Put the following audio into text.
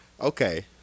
okay